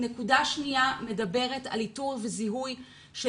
נקודה שנייה מדברת על איתור וזיהוי של